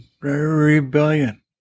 rebellion